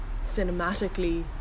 cinematically